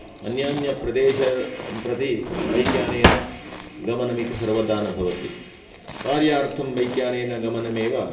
अन्यान्यप्रदेशं प्रति बैक् यानेन गमनम् इति सर्वदा न भवति कार्यार्थं बैक् यानेन गमनम् एव